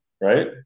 Right